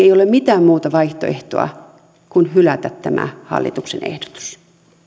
ei ole mitään muuta vaihtoehtoa kuin hylätä tämä hallituksen ehdotus